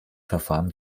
verfahren